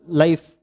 life